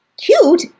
Cute